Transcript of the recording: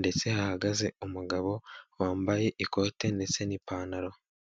ndetse hahagaze umugabo wambaye ikote ndetse n'ipantaro.